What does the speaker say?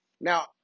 Now